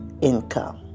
income